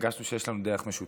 והרגשנו שיש לנו דרך משותפת,